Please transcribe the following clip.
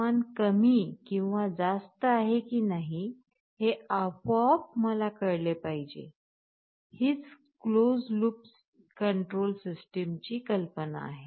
तापमान कमी किंवा जास्त आहे की नाही हे आपोआप मला कळले पाहिजे हीच क्लोज्ड लूप कंट्रोल सिस्टमची कल्पना आहे